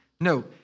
No